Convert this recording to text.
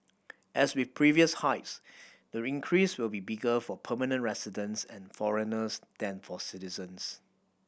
as with previous hikes the increase will be bigger for permanent residents and foreigners than for citizens